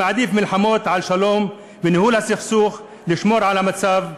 שמעדיף מלחמות על שלום וניהול הסכסוך ולשמור על המצב הקיים.